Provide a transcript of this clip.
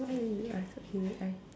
why don't you ask okay wait I